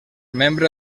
membre